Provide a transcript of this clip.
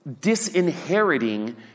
Disinheriting